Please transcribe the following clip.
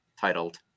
titled